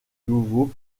nouveau